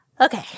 Okay